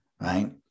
right